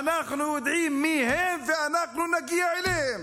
אנחנו יודעים מי הם ואנחנו נגיע אליהם.